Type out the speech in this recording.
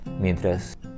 mientras